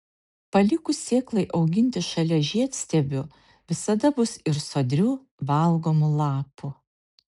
palikus sėklai auginti šalia žiedstiebių visada bus ir sodrių valgomų lapų